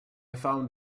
found